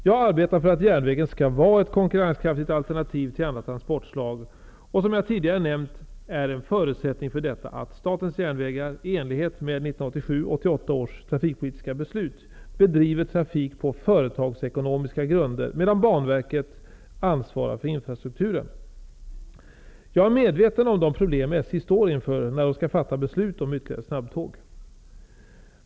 Jag arbetar för att järnvägen skall vara ett konkurrenskraftigt alternativ till andra transportslag, och som jag tidigare nämnt är en förutsättning för detta att Statens järnvägar, i enlighet med 1987/88 års trafikpolitiska beslut, bedriver trafik på företagsekonomiska grunder medan Banverket ansvarar för infrastrukturen. Jag är medveten om de problem SJ står inför när det skall fatta beslut om ytterligare snabbtåg.